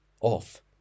off